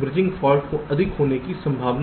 bridging fault अधिक होने की संभावना है